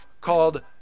called